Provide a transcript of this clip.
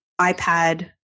iPad